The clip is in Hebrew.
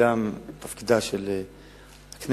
תפקידה של הכנסת,